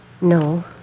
No